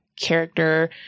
character